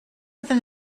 within